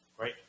Right